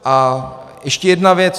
A ještě jedna věc.